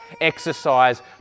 exercise